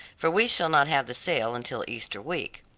for we shall not have the sale until easter week.